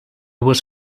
was